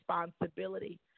responsibility